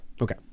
Okay